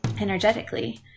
energetically